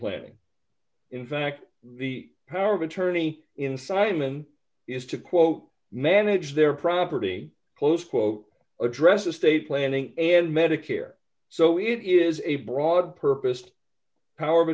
planning in fact the power of attorney in simon is to quote manage their property close quote address estate planning and medicare so it is a broad purposed power of